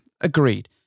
agreed